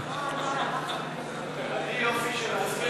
גפני, אם תמשיך ככה קח גם את הזמן שלי.